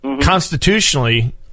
constitutionally